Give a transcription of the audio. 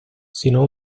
sino